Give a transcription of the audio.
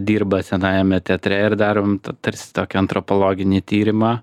dirba senajame teatre ir darom tai tarsi tokį antropologinį tyrimą